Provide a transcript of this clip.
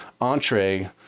entree